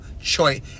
choice